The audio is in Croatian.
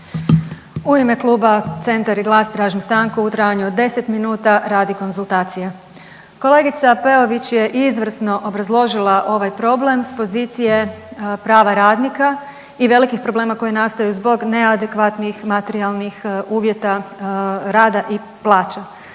U ime kluba Centra i GLAS tražim stanku u trajanju od 10 minuta radi konzultacija. Kolegica Peović je izvrsno obrazložila ovaj problem s pozicije prava radnika i velikih problema koji nastaju zbog neadekvatnih materijalnih uvjeta rada i plaća.